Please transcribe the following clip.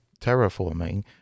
terraforming